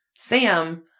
Sam